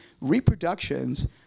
reproductions